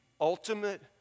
ultimate